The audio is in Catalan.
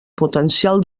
potencial